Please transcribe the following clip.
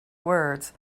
words